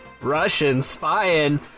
Russian-spying